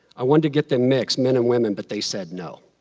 i want to get them mix, men and women, but they said no.